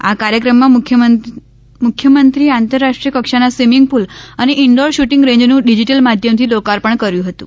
આ કાર્યક્રમમાં મુખ્યમંત્રીએ આંતરરાષ્ટ્રીય કક્ષાના સ્વીમિંગ પુલ અને ઇન્ઠોર શૂટીંગ રેંજનું ડીજીટલ માધ્યમથી લોકાર્પણ કર્યું હતું